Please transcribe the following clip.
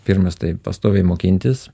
pirmas tai pastoviai mokintis